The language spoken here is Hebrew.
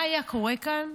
מה היה קורה כאן?